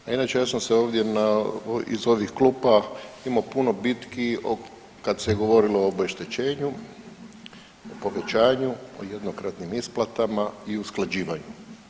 A inače ja sam se ovdje na, iz ovih klupa imao puno bitki o, kad se govorilo o obeštećenju, obećanju, o jednokratnim isplatama i usklađivanju.